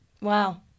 Wow